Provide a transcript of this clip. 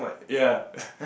ya